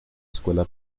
escuela